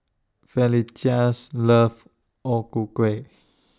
Felicitas loves O Ku Kueh